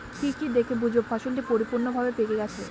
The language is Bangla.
কি কি দেখে বুঝব ফসলটি পরিপূর্ণভাবে পেকে গেছে?